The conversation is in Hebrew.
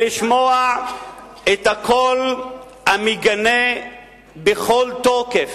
את הקול המגנה בכל תוקף